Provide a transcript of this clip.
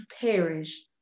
perish